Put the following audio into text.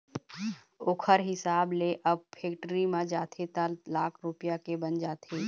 ओखर हिसाब ले अब फेक्टरी म जाथे त लाख रूपया के बन जाथे